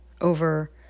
over